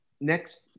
next